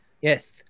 Yes